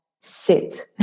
sit